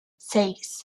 seis